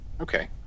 Okay